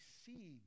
see